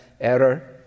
error